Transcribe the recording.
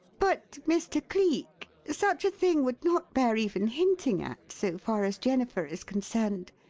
but, mr. cleek, such a thing would not bear even hinting at, so far as jennifer is concerned.